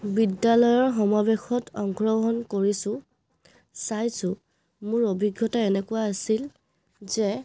বিদ্যালয়ৰ সমাৱেশত অংশগ্ৰহণ কৰিছোঁ চাইছোঁ মোৰ অভিজ্ঞতা এনেকুৱা আছিল যে